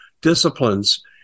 disciplines